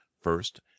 First